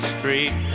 Street